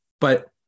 But-